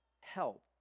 help